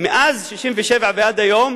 מאז 1967 ועד היום